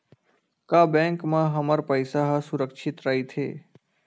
का बैंक म हमर पईसा ह सुरक्षित राइथे?